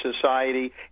society